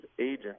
agent